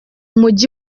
mujyi